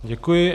Děkuji.